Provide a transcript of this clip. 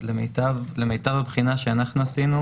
למיטב הבחינה שאנחנו עשינו,